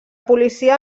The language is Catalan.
policia